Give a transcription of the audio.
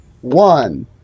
One